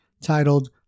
titled